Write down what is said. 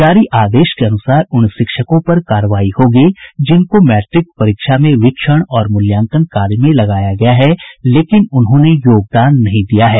जारी आदेश के अनुसार उन शिक्षकों पर कार्रवाई होगी जिनको मैट्रिक परीक्षा में वीक्षण और मूल्यांकन में लगाया गया है लेकिन उन्होंने योगदान नहीं दिया है